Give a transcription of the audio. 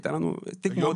היה לנו תיק מאוד ארוך.